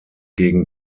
gegen